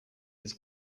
his